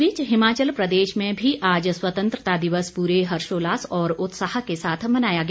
इस बीच हिमाचल प्रदेश में भी आज स्वतंत्रता दिवस पूरे हर्षोल्लास और उत्साह के साथ मनाया गया